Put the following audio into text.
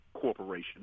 corporation